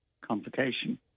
complication